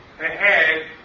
ahead